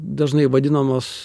dažnai vadinamos